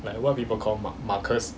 like what people call mark marcus